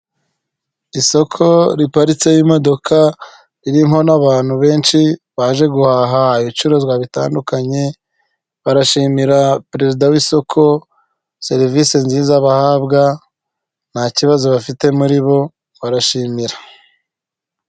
Isoko riparitseho imodoka ririmo n'abantu benshi baje guhaha ibicuruzwa bitandukanye, barashimira perezida w'isoko serivisi nziza bahabwa, nta kibazo bafite muri bo, barashimira.